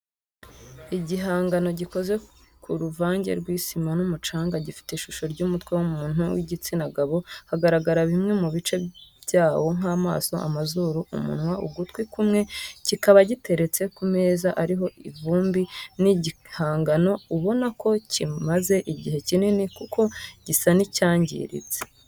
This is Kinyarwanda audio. Igihangano gikoze mu ruvange rw'isima n'umucanga gifite ishusho y'umutwe w'umuntu w'igitsina gabo hagaragara bimwe mu bice byawo nk'amaso amazuru, umunwa ugutwi kumwe kikaba giteretse ku meza ariho ivumbi ni igihangano ubona ko kimaze igihe kinini kuko gisa n'icyangiritse.